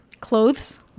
clothes